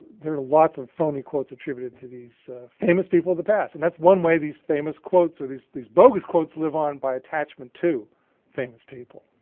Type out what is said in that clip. there are lots of phony quotes attributed to these famous people of the past. and that's one way these famous quotes or these these bogus quotes live on by attachment to famous people.